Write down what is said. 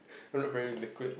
look very liquid